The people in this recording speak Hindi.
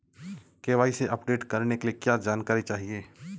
के.वाई.सी अपडेट करने के लिए क्या जानकारी चाहिए?